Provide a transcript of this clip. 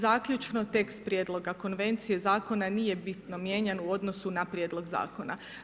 Zaključno tekst prijedlog Konvencije zakona nije bitno mijenjan u odnosu na prijedlog zakona.